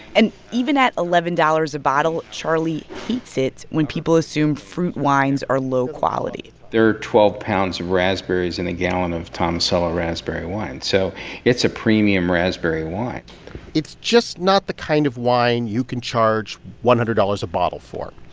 and even at eleven dollars a bottle, charlie hates it when people assume fruit wines are low quality there are twelve pounds of raspberries in a gallon of tomasello raspberry wine. so it's a premium raspberry wine it's just not the kind of wine you can charge one hundred dollars a bottle for.